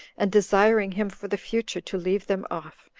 and desiring him for the future to leave them off,